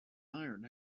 iron